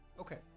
Okay